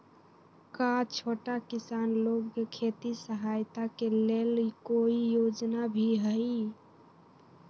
का छोटा किसान लोग के खेती सहायता के लेंल कोई योजना भी हई?